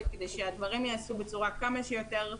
כדי שהדברים ייעשו בצורה כמה שיותר מהירה.